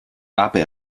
aber